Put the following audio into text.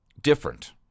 different